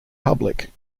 public